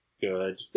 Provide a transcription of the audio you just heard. good